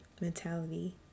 mentality